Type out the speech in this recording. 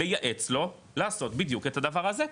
לייעץ לו לעשות בדיוק את הדבר הזה,